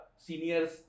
Seniors